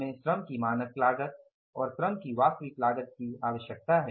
हमें श्रम की मानक लागत और श्रम की वास्तविक लागत की आवश्यकता है